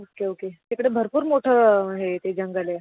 okay okay तिकडे भरपूर मोठं हे ते जंगल आहे